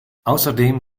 außerdem